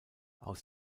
aus